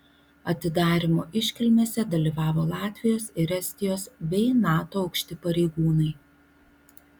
atidarymo iškilmėse dalyvavo latvijos ir estijos bei nato aukšti pareigūnai